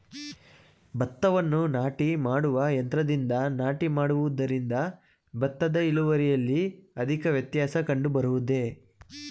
ಭತ್ತವನ್ನು ನಾಟಿ ಮಾಡುವ ಯಂತ್ರದಿಂದ ನಾಟಿ ಮಾಡುವುದರಿಂದ ಭತ್ತದ ಇಳುವರಿಯಲ್ಲಿ ಅಧಿಕ ವ್ಯತ್ಯಾಸ ಕಂಡುಬರುವುದೇ?